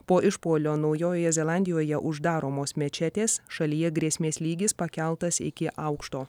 po išpuolio naujojoje zelandijoje uždaromos mečetės šalyje grėsmės lygis pakeltas iki aukšto